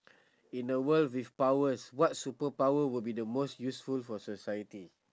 in a world with powers what superpower will be the most useful for society